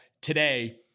today